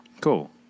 Cool